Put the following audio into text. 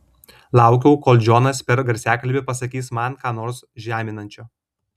laukiau kol džonas per garsiakalbį pasakys man ką nors žeminančio